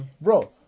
Bro